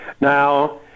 now